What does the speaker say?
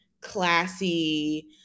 classy